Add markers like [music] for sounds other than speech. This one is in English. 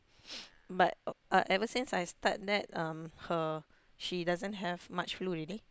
[noise] but uh ever since I start that um her she doesn't have much flu already